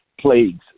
plagues